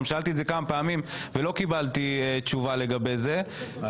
שאלתי כמה פעמים ולא קיבלתי תשובה לגבי מספר חברי הכנסת.